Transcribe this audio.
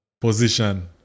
position